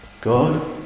God